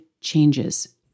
changes